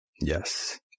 Yes